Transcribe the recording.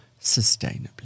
sustainably